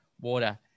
water